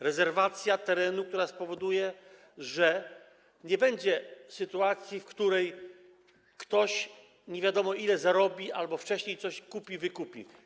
Rezerwacja terenu, która spowoduje, że nie będzie sytuacji, w której ktoś zarobi nie wiadomo ile albo wcześniej coś kupi, wykupi.